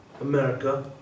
America